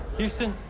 houston?